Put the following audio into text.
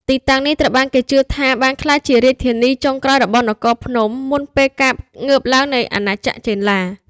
ទីតាំងនេះត្រូវបានគេជឿថាបានក្លាយជារាជធានីចុងក្រោយរបស់នគរភ្នំ មុនពេលការងើបឡើងនៃអាណាចក្រចេនឡា។